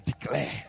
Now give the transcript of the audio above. declare